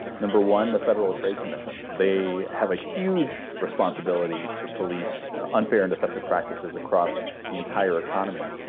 number one, the federal trade commission, they have a huge responsibility to police unfair and deceptive practices across the entire economy.